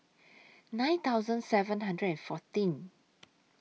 nine thousand seven hundred and fourteen